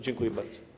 Dziękuję bardzo.